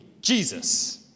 Jesus